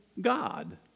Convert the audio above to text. God